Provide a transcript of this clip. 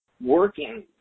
working